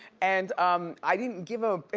and um i didn't give him,